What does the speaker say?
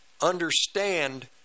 understand